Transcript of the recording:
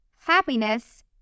happiness